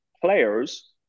players